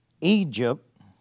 Egypt